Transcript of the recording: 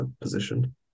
position